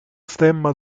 stemma